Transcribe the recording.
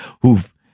who've